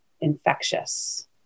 infectious